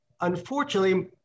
Unfortunately